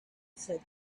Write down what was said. said